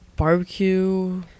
Barbecue